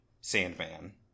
Sandman